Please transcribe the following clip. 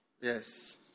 Yes